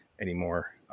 anymore